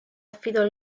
affidò